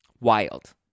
Wild